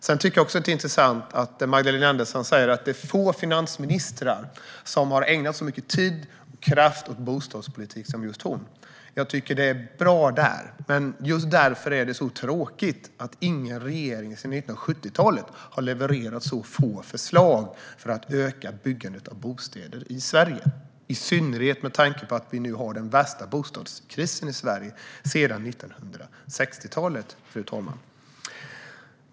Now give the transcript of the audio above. Jag tycker också att det är intressant att Magdalena Andersson säger att få finansministrar har ägnat så mycket tid och kraft åt bostadspolitik som just hon. Jag tycker att det är bra, men just därför är det så tråkigt att ingen regering sedan 1970-talet har levererat så få förslag för att öka byggandet av bostäder i Sverige - i synnerhet med tanke på att vi nu har den värsta bostadskrisen i Sverige sedan 1960-talet, fru talman.